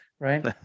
Right